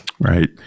Right